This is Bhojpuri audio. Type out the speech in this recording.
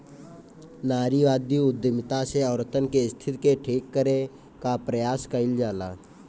नारीवादी उद्यमिता से औरतन के स्थिति के ठीक करे कअ प्रयास कईल जाला